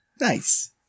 Nice